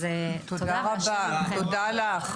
אז תודה, והשם עמכם.